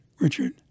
Richard